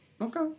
Okay